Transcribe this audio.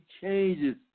changes